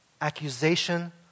accusation